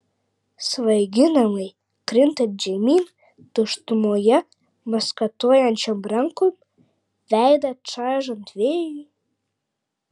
svaiginamai krintant žemyn tuštumoje maskatuojančiom rankom veidą čaižant vėjui